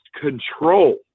control